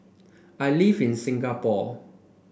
I live in Singapore